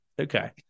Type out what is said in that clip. Okay